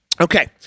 okay